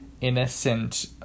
innocent